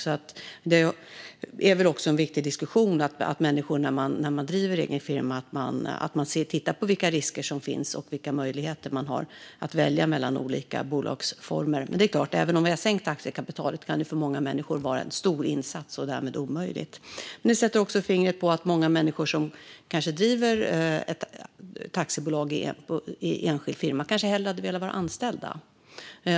Detta är en viktig diskussion att människor när de driver egen firma tittar på vilka risker som finns och vilka möjligheter man har att välja mellan olika bolagsformer. Även om vi har sänkt aktiekapitalskravet kan det såklart vara en stor insats och därmed omöjligt för många människor. Detta sätter också fingret på att många människor som driver ett taxibolag i enskild firma hellre kanske hade velat vara anställda.